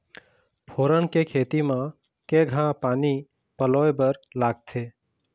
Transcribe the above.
फोरन के खेती म केघा पानी पलोए बर लागथे?